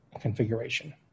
configuration